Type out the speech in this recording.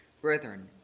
Brethren